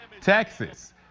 Texas